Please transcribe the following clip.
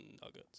Nuggets